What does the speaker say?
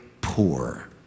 poor